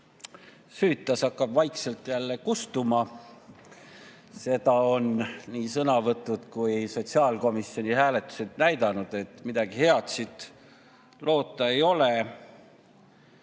süütas, hakkab vaikselt jälle kustuma. Seda on nii sõnavõtud kui ka sotsiaalkomisjoni hääletused näidanud, et midagi head siit loota ei ole.